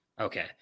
Okay